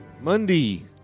Monday